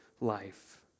life